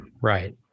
Right